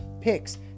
picks